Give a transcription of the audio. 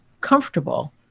comfortable